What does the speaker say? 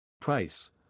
Price